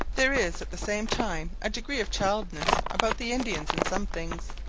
there is at the same time a degree of childishness about the indians in some things.